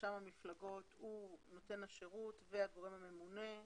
רשם המפלגות הוא נותן השירות והגורם הממונה.